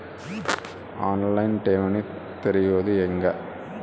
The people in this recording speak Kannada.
ಆನ್ ಲೈನ್ ಠೇವಣಿ ತೆರೆಯೋದು ಹೆಂಗ?